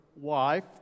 wife